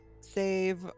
save